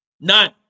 None